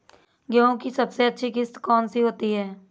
गेहूँ की सबसे अच्छी किश्त कौन सी होती है?